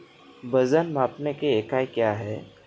वजन मापने की इकाई क्या है?